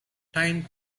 time